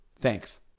Thanks